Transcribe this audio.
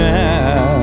now